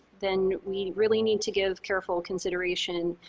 then we really need to give careful consideration